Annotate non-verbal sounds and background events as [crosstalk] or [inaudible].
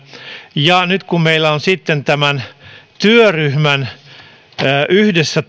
ja nyt kun meillä on tämän työryhmän pohjalta yhdessä [unintelligible]